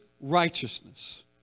righteousness